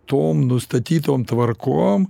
tom nustatytom tvarkom